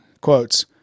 quotes